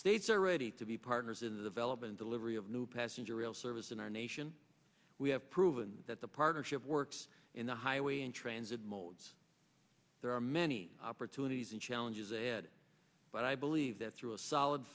states are ready to be partners in the development delivery of new passenger rail service in our nation we have proven that the partnership works in the highway and transit modes there are many opportunities and challenges ahead but i believe that through a solid